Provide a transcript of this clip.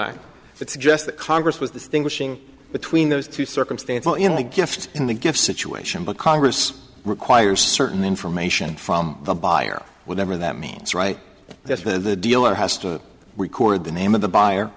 that suggests that congress was this thing wishing between those two circumstance well in the gift in the gift situation but congress requires certain information from the buyer whatever that means right this minute the dealer has to record the name of the buyer